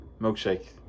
Milkshake